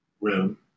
room